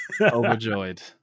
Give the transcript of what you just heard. overjoyed